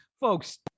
folks